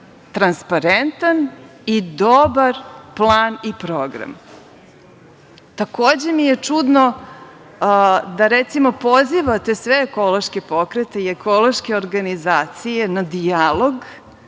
transparentan i dobar plan i program. Takođe mi je čudno da recimo pozivate sve ekološke pokrete i ekološke organizacije na dijalog,